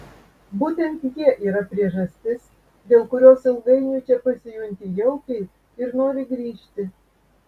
būtent jie yra priežastis dėl kurios ilgainiui čia pasijunti jaukiai ir nori grįžti